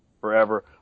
forever